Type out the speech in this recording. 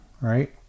right